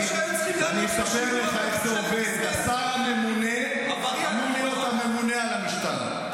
גם אתה לא אמור לנהל את הממשלה.